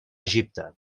egipte